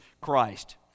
Christ